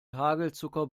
hagelzucker